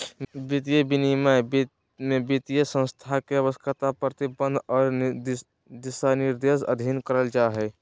वित्तीय विनियमन में वित्तीय संस्थान के आवश्यकता, प्रतिबंध आर दिशानिर्देश अधीन करल जा हय